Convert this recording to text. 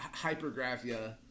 hypergraphia